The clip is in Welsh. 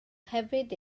hefyd